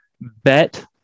bet